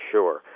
Sure